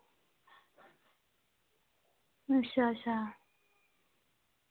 अच्छा अच्छा